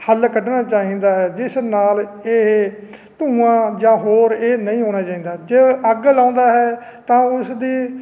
ਹੱਲ ਕੱਢਣਾ ਚਾਹੀਦਾ ਹੈ ਜਿਸ ਨਾਲ ਇਹ ਧੂੰਆਂ ਜਾਂ ਹੋਰ ਇਹ ਨਹੀਂ ਹੋਣਾ ਚਾਹੀਦਾ ਜੇ ਅੱਗ ਲਾਉਂਦਾ ਹੈ ਤਾਂ ਉਸਦੀ